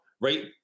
right